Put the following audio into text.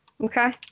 okay